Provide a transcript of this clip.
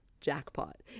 jackpot